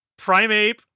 Primeape